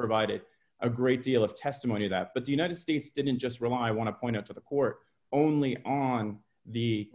provided a great deal of testimony that but the united states didn't just rely i want to point out for the court only on the